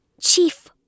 Chief